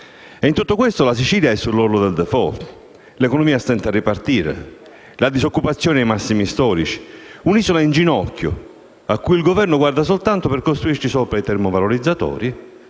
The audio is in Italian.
In tutto questo la Sicilia è sull'orlo del *default*. L'economia stenta a ripartire, la disoccupazione è ai massimi storici: un'isola in ginocchio che il Governo guarda solo per costruirci i termovalorizzatori